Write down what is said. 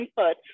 input